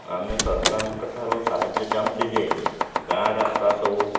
ଆମେ ସରକାରଙ୍କଠାରୁ ସାହାଯ୍ୟ ଚାହୁଁଛୁ ଯେ ଗାଁ ରାସ୍ତା ସବୁ